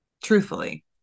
truthfully